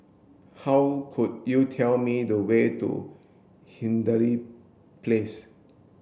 how could you tell me the way to Hindhede Place